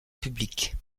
publics